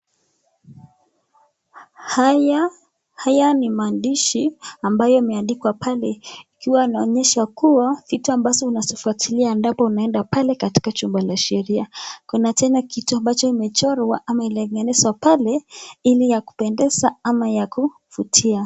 Haya ni maandishi ambayo imeandikwa pale ikiwa anaonyesha kuwa vitu ambazo unazofuatilia endapo unaenda pale katika chumba la sheria ,kuna tena kitu ambacho imecherwa ama imetengenezwa pale ile ya kupendeza ama kuvutia.